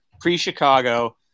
pre-Chicago